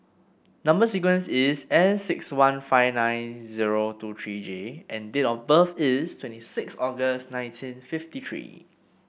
number sequence is S six one five nine zero two three J and date of birth is twenty six August nineteen fifty three